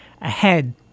ahead